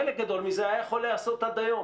חלק גדול מזה היה יכול להיעשות עד היום.